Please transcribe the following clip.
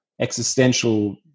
existential